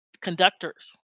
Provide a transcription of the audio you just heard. conductors